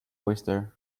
oyster